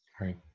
right